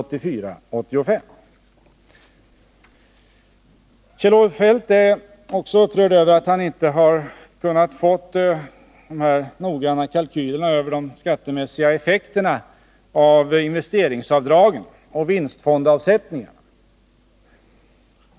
Kjell-Olof Feldt är också upprörd över att han inte har kunnat få noggranna kalkyler över de skattemässiga effekterna av investeringsavdragen och vinstfondsavsättningarna.